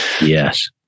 Yes